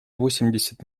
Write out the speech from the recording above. восемьдесят